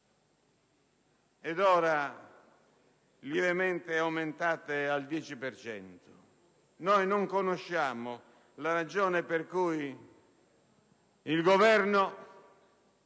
ed ora lievemente aumentate al 10 per cento. Non conosciamo la ragione per cui il Governo